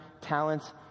talents